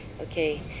Okay